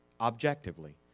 objectively